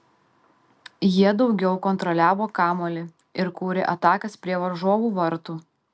jie daugiau kontroliavo kamuolį ir kūrė atakas prie varžovų vartų